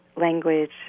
language